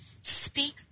speak